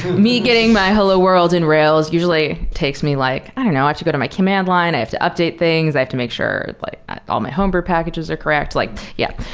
me getting my hello world in rails usually takes me like i don't know. i have to go to my command line. i have to update things. i have to make sure like all my homebrew packages are correct. like yeah.